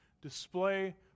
display